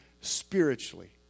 spiritually